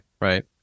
Right